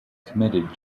committed